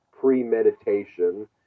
premeditation